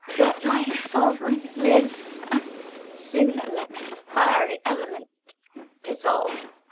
let my sovereign live! and sooner let the fiery element dissolve,